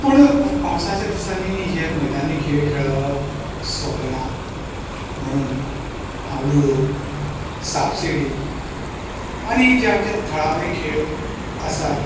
पूण पावसाच्या दिसांनी हे मैदानी खेळ खेळप सोंपे ना म्हणून हांव लुडो सापसीडी आनी जे आमचे थळावे खेळ आसात